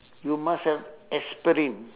you must have aspirin